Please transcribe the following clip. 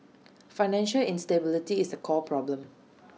financial instability is the core problem